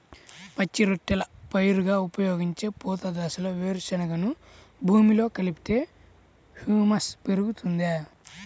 పచ్చి రొట్టెల పైరుగా ఉపయోగించే పూత దశలో వేరుశెనగను భూమిలో కలిపితే హ్యూమస్ పెరుగుతుందా?